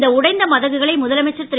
இந்த உடைந்த மதகுகளை முதலமைச்சர் ரு